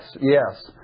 yes